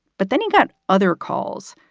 but then he got other calls,